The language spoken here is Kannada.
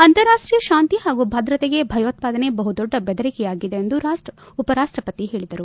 ಅಂತಾರಾಷ್ಷೀಯ ಶಾಂತಿ ಹಾಗೂ ಭದ್ರತೆಗೆ ಭಯೋತ್ಪಾದನೆ ಬಹು ದೊಡ್ಡ ಬೆದರಿಕೆಯಾಗಿದೆ ಎಂದು ಉಪರಾಷ್ಷಪತಿ ಹೇಳಿದರು